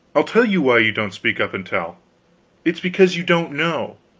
i'll tell you why you don't speak up and tell it is because you don't know.